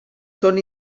són